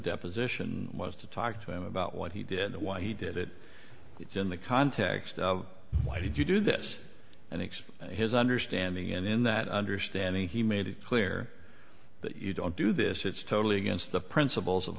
deposition was to talk to him about what he did why he did it in the context of why did you do this and expose his understanding and in that understanding he made it clear that you don't do this it's totally against the principles of